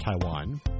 Taiwan